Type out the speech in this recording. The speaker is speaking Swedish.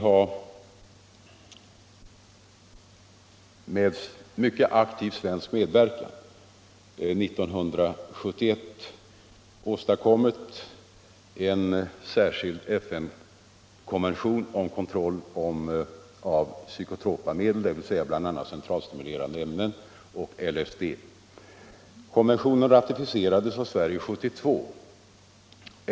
Med en mycket aktiv svensk medverkan tillkom år 1971 en särskild FN-konvention om kontroll av psykotropa ämnen, dvs. bl.a. centralstimulerande ämnen och LSD. Konventionen ratificerades av Sverige 1972.